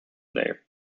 there